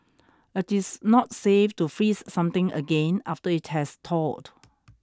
It is not safe to freeze something again after it has thawed